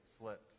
slipped